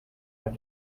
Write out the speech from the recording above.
have